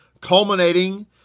culminating